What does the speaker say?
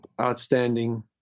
outstanding